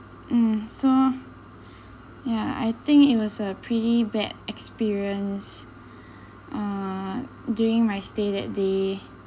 mm so ya I think it was a pretty bad experience uh during my stay that day